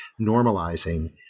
normalizing